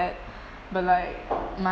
but like my